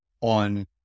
on